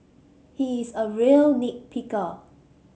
he is a real nit picker